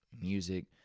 music